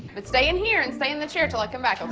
but stay in here and stay in the chair till i come back, and